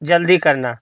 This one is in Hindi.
जल्दी करना